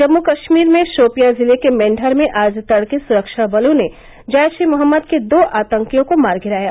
जम्मू कश्मीर में शोपियां जिले के मेंढर में आज तड़के सुरक्षा बलों ने जैश ए मोहम्मद के दो आतंकियों को मार गिराया